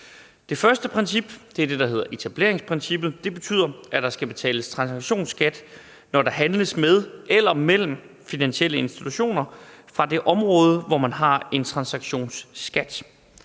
der hedder etableringsprincippet. Det betyder, at der skal betales transaktionsskat, når der handles med eller mellem finansielle institutioner fra det område, hvor man har en transaktionsskat.